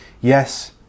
Yes